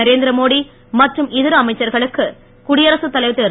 நரேந்திரமோடி மற்றும் இதர அமைச்சர்களுக்கு குடியரசுத் தலைவர் திரு